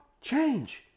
change